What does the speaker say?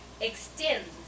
extends